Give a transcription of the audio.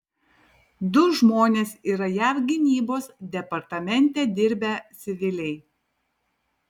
du žmonės yra jav gynybos departamente dirbę civiliai